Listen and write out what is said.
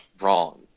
wrong